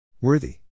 Worthy